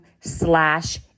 slash